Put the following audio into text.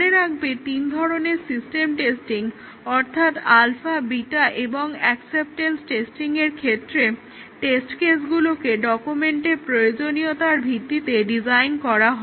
মনে রাখবে তিন ধরনের সিস্টেম টেস্টিং অর্থাৎ আলফা টেস্টিং বিটা টেস্টিং এবং অ্যাকসেপ্টেন্স টেস্টিংয়ের ক্ষেত্রে টেস্ট কেসগুলো ডকুমেন্টের প্রয়োজনীয়তার ভিত্তিতে ডিজাইন করা হয়